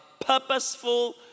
purposeful